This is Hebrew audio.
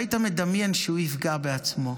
ולא היית מדמיין שהוא יפגע בעצמו.